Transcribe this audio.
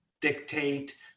dictate